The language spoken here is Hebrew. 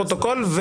לפרוטוקול,